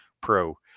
pro